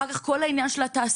אחר כך את כל העניין של התעסוקה,